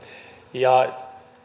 ja